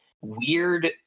weird